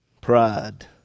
Pride